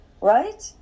right